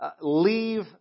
Leave